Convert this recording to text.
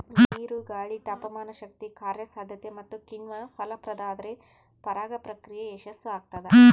ನೀರು ಗಾಳಿ ತಾಪಮಾನಶಕ್ತಿ ಕಾರ್ಯಸಾಧ್ಯತೆ ಮತ್ತುಕಿಣ್ವ ಫಲಪ್ರದಾದ್ರೆ ಪರಾಗ ಪ್ರಕ್ರಿಯೆ ಯಶಸ್ಸುಆಗ್ತದ